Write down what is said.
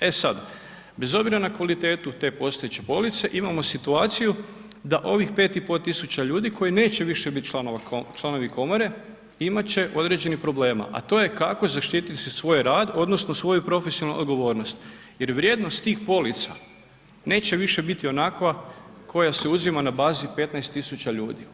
E sad, bez obzira kvalitetu te postojeće police, imamo situaciju da ovih 5,5 tisuća ljudi koji neće više biti članovi komore, imat će određenih problema, a to je kako zaštiti svoj rad, odnosno svoju profesionalnu odgovornost jer je vrijednost tih polica neće više biti onakva koja se uzima na bazi 15 tisuća ljudi.